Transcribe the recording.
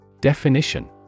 Definition